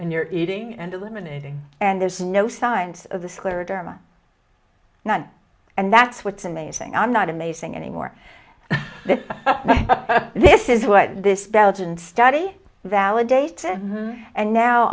and you're eating and eliminating and there's no science of the scleroderma none and that's what's amazing i'm not amazing anymore this is what this belgian study validates said and now